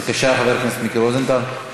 בבקשה, חבר הכנסת מיקי רוזנטל.